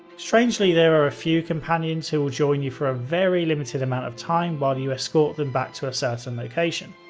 strangely, there are a few companions who will join you for a very limited amount of time while you escort them back to a certain location.